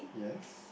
yes